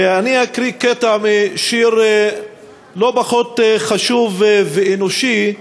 ואני אקריא קטע משיר לא פחות חשוב ואנושי,